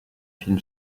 film